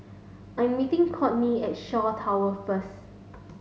I'm meeting Courtney at Shaw Towers first